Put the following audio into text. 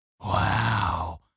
Wow